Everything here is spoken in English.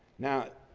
now,